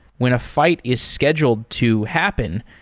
when a fight is scheduled to happen,